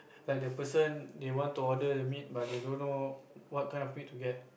like the person they want to order the meat but they don't know what kind of meat to get